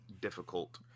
difficult